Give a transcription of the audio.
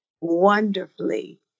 wonderfully